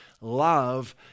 love